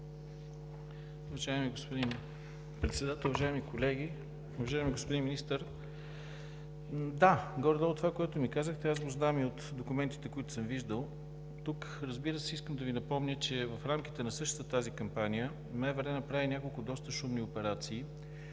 Уважаеми господин Председател, уважаеми колеги! Уважаеми господин Министър, горе-долу това, което ми казахте, аз го знам и от документите, които съм виждал. Искам да Ви напомня, че в рамките на същата тази кампания МВР направи няколко доста шумни операции,